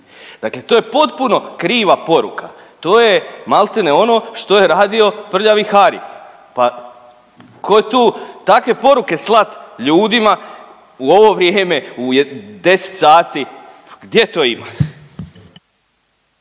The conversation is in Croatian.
Dakle, to je potpuno kriva poruka. To je maltene ono što je radio prljavi Hari. Pa tko je tu, takve poruke slat ljudima u ovo vrijeme, u deset sati. Gdje to ima?